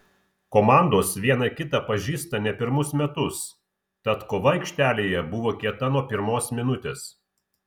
komandos viena kitą pažįsta ne pirmus metus tad kova aikštelėje buvo kieta nuo pirmos minutės